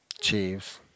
Chiefs